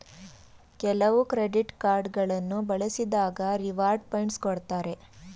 ಕೆಲವು credit card ಗಳನ್ನು ಬಳಸಿದಾಗ ರಿವಾರ್ಡ್ ಪಾಯಿಂಟ್ಸ್ ಕೊಡ್ತಾರೆ